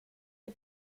die